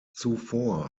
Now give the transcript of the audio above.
zuvor